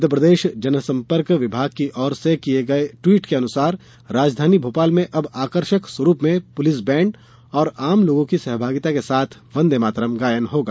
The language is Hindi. मध्यप्रदेश जनसंपर्क विभाग की ओर से किए गए ट्वीट के अनुसार राजधानी भोपाल में अब आकर्षक स्वरूप में पुलिस बैंड और आम लोगों की सहभागिता के साथ वंदेमातरम गायन होगा